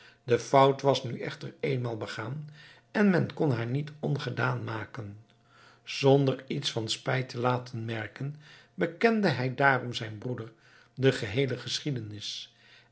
de fout was nu echter eenmaal begaan en men kon haar niet ongedaan maken zonder iets van zijn spijt te laten merken bekende hij daarom zijn broeder de heele geschiedenis